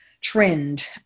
trend